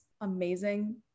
amazing